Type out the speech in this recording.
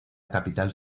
capital